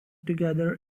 together